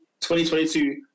2022